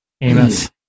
Amos